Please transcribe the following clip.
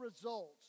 results